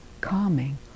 calming